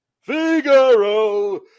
Figaro